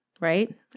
Right